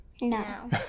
No